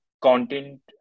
content